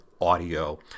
audio